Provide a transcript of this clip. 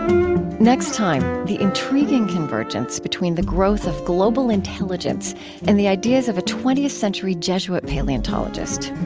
next time, the intriguing convergence between the growth of global intelligence and the ideas of a twentieth century jesuit paleontologist.